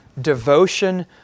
Devotion